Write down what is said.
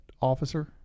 officer